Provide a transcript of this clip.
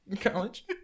College